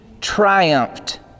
triumphed